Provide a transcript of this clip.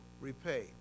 repay